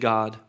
God